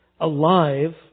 alive